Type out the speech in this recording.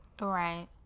Right